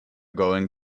going